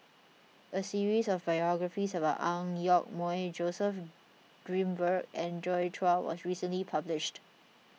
a series of biographies about Ang Yoke Mooi Joseph Grimberg and Joi Chua was recently published